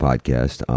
Podcast